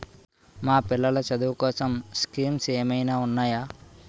మా పిల్లలు చదువు కోసం స్కీమ్స్ ఏమైనా ఉన్నాయా?